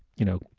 you know,